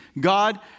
God